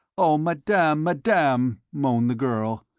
oh, madame, madame, moaned the girl,